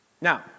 Now